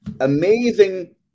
amazing